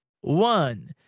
one